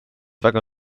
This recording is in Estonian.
väga